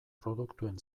produktuen